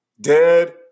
dead